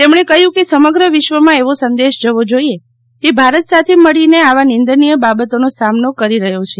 તેમજ્ઞે કહ્યું કે સમગ્ર વિશ્વમાં એવો સંદેશ જવો જોઈએ કે ભારત સાથે મળીને આવા નિંદનીય બાબતોનો સામનો કરી રહ્યો છે